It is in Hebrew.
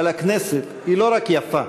אבל הכנסת היא לא רק יפה,